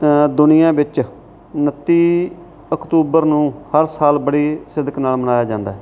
ਦੁਨੀਆਂ ਵਿੱਚ ਉਨੱਤੀ ਅਕਤੂਬਰ ਨੂੰ ਹਰ ਸਾਲ ਬੜੀ ਸਿਦਕ ਨਾਲ ਮਨਾਇਆ ਜਾਂਦਾ ਹੈ